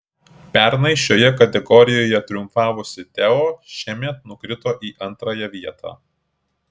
pernai šioje kategorijoje triumfavusi teo šiemet nukrito į antrąją vietą